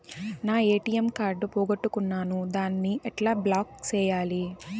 నా ATM card పోగొట్టుకున్నాను, దాన్ని ఎట్లా బ్లాక్ సేయాలి?